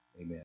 amen